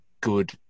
good